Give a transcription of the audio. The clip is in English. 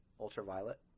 Ultraviolet